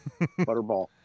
Butterball